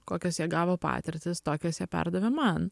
kokias jie gavo patirtis tokias jie perdavė man